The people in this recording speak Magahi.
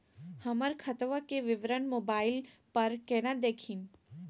हमर खतवा के विवरण मोबाईल पर केना देखिन?